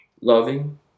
Loving